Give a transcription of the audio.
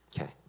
Okay